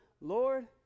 Lord